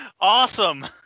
Awesome